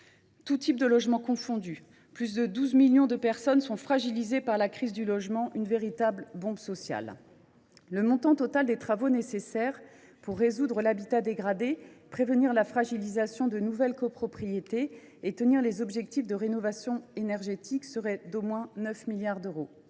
Tous types de logements confondus, plus de 12 millions de personnes sont fragilisées par la crise du logement. Il s’agit d’une véritable bombe sociale. Le montant total des travaux nécessaires pour rénover l’habitat dégradé, prévenir la fragilisation de nouvelles copropriétés et tenir les objectifs de rénovation énergétique serait d’au moins 9 milliards d’euros.